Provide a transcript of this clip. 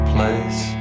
Place